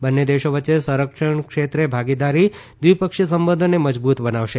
બંને દેશો વચ્ચે સંરક્ષણ ક્ષેત્રે ભાગીદારી દ્વિપક્ષીય સંબંધોને મજબુત બનાશે